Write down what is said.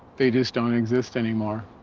they just don't exist anymore.